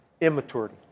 immaturity